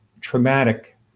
traumatic